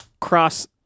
cross